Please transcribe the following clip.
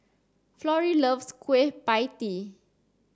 Florie loves Kueh Pie Tee